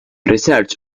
research